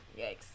Yikes